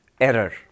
Error